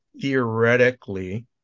theoretically